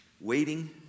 Waiting